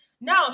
No